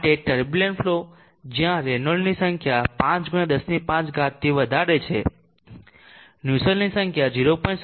માટે turbulent flow જ્યાં રેનોલ્ડ્સની સંખ્યા 5 ગુણ્યા 105 થી વધારે છે નુસેલ્ટની સંખ્યા 0